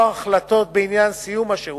או החלטות בעניין סיום השירות,